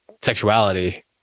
sexuality